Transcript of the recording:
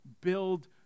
build